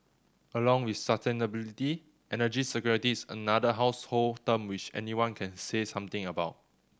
along with sustainability energy security is another household term which anyone can say something about